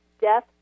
death